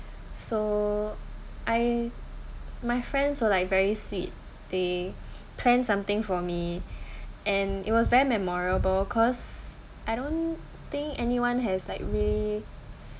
so I my friends were like very sweet they planned something for me and it was very memorable cause I don't think anyone has like really